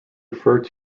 referred